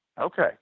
Okay